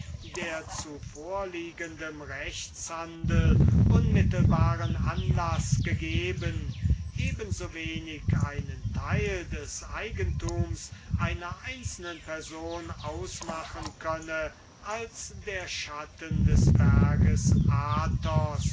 der zu vorliegendem rechtshandel unmittelbaren anlaß gegeben eben so wenig einen teil des eigentums einer einzelnen person ausmachen könne als der schatten des berges athos